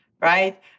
right